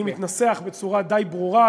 אני מתנסח בצורה די ברורה,